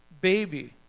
baby